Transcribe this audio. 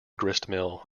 gristmill